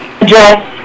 address